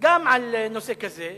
גם על נושא כזה,